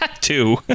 Two